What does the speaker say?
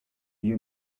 you